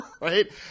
right